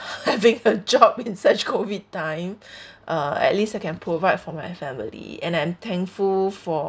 having a job in such COVID time uh at least I can provide for my family and I'm thankful for